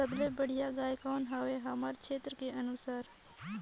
सबले बढ़िया गाय कौन हवे हमर क्षेत्र के अनुसार?